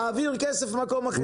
תעביר כסף ממקום אחר,